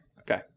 Okay